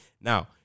Now